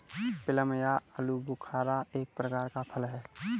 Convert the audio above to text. plum या आलूबुखारा एक प्रकार का फल है